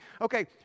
okay